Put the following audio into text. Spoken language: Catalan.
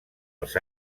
els